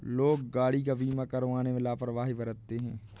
लोग गाड़ी का बीमा करवाने में लापरवाही बरतते हैं